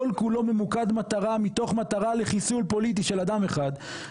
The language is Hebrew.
כל כולו ממוקד מטרה מתוך מטרה לחיסול פוליטי של אדם אחד,